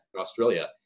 Australia